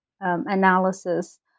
analysis